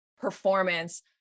performance